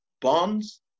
bonds